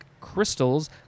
crystals